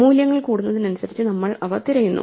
മൂല്യങ്ങൾ കൂടുന്നതിനനുസരിച്ച് നമ്മൾ അവ തിരയുന്നു